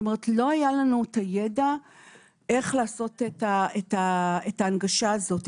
לא היה לנו את הידע איך לעשות את ההנגשה הזאת,